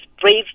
brave